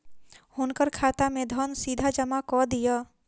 हुनकर खाता में धन सीधा जमा कअ दिअ